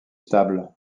stable